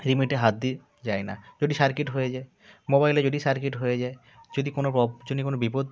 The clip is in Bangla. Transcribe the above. রিমোটে হাত দিই যাই না যদি সার্কিট হয়ে যায় মোবাইলে যদি সার্কিট হয়ে যায় যদি কোনো যদি কোনো বিপদ